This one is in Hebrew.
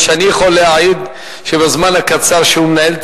אני יכול להעיד שבזמן הקצר שהוא מנהל את